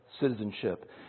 citizenship